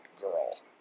girl